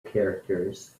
characters